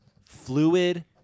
fluid